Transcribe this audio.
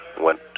went